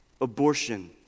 abortion